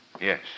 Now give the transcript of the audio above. Yes